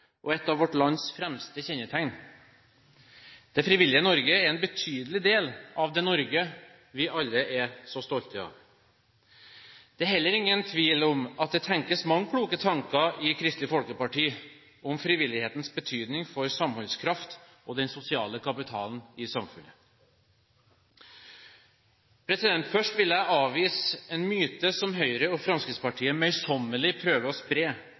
og et av vårt lands fremste kjennetegn. Det frivillige Norge er en betydelig del av det Norge vi alle er så stolte av. Det er heller ingen tvil om at det tenkes mange kloke tanker i Kristelig Folkeparti om frivillighetens betydning for samholdskraft og den sosiale kapitalen i samfunnet. Først vil jeg avvise en myte som Høyre og Fremskrittspartiet møysommelig prøver å spre,